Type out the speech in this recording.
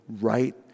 right